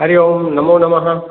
हरि ओं नमो नमः